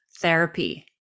therapy